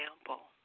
example